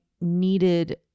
Needed